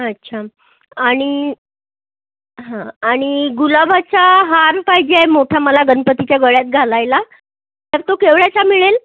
अच्छा आणि हां आणि गुलाबाचा हार पाहिजे मोठा मला गणपतीच्या गळ्यात घालायला तर तो केवढ्याचा मिळेल